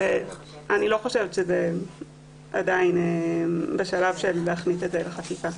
לא חושבת שזה בשלב שאפשר להכניס את זה לחקיקה.